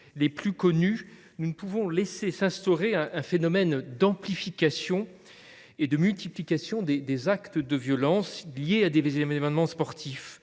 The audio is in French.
les plus connus –, nous ne pouvons laisser s’instaurer un phénomène d’amplification et de multiplication des actes de violence liés à des événements sportifs,